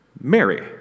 Mary